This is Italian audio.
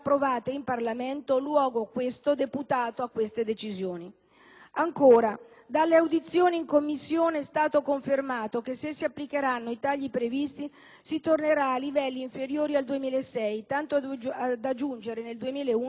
Parlamento, luogo deputato a tali decisioni. Ancora: dalle audizioni in Commissione è stato confermato che se si applicheranno i tagli previsti si tornerà a livelli inferiori al 2006, tanto da giungere al 2011